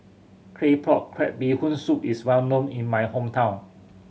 Claypot Crab Bee Hoon Soup is well known in my hometown